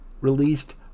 released